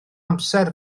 amser